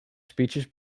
speeches